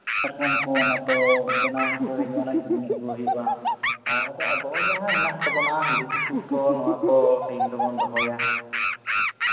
ᱥᱟᱠᱚᱢ ᱠᱚ ᱚᱱᱟ ᱵᱮᱱᱟᱣ ᱦᱚᱪᱚᱭ ᱦᱩᱭᱩᱜᱼᱟ ᱠᱤᱨᱤᱧ ᱟᱜᱩᱭ ᱦᱩᱭᱩᱜᱼᱟ ᱟᱨ ᱟᱵᱚ ᱡᱟᱦᱟᱸ ᱦᱮᱱᱟᱜ ᱛᱟᱵᱚᱱᱟ ᱦᱟᱺᱰᱤ ᱴᱩᱠᱩᱡ ᱠᱚ ᱱᱚᱣᱟ ᱠᱚ ᱴᱟᱭᱤᱢ ᱨᱮᱵᱚᱱ ᱫᱚᱦᱚᱭᱟ